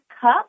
cup